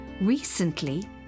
Recently